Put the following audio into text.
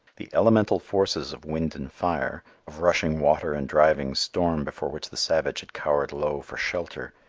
the elemental forces of wind and fire, of rushing water and driving storm before which the savage had cowered low for shelter,